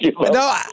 No